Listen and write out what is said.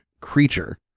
creature